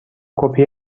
کپی